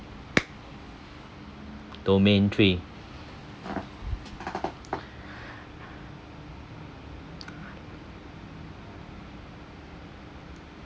domain three